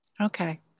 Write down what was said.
Okay